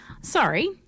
Sorry